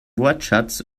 wortschatz